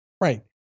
Right